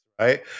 right